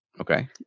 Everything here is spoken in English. Okay